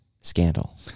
scandal